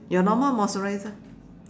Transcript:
your normal moisturizer